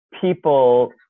people